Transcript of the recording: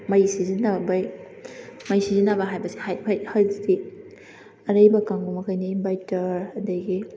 ꯃꯩ ꯁꯤꯖꯤꯟꯅꯕꯩ ꯃꯩ ꯁꯤꯖꯤꯟꯅꯕ ꯍꯥꯏꯕꯁꯤ ꯍꯣꯏ ꯍꯧꯖꯤꯛꯇꯤ ꯑꯔꯩꯕ ꯀꯥꯡꯕꯨꯃꯈꯩꯅ ꯏꯟꯚꯥꯏꯇꯔ ꯑꯗꯒꯤ